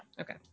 Okay